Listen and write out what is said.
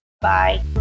Bye